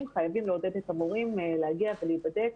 חייבים לעודד את המורים להגיע ולהיבדק.